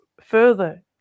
further